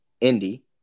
Indy